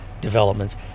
developments